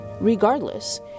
regardless